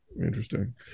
Interesting